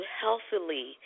healthily